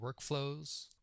workflows